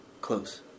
close